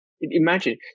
imagine